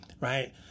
right